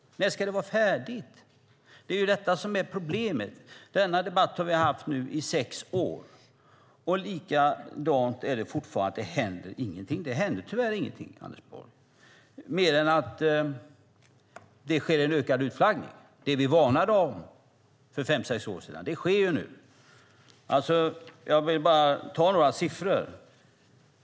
När ska det vara färdigt? Det är detta som är problemet. Vi har haft den här debatten i sex år, och det är likadant fortfarande. Det händer tyvärr ingenting, Anders Borg, mer än att det sker en ökad utflaggning. Det vi varnade för för fem sex år sedan sker ju nu. Låt mig nämna några siffror.